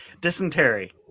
dysentery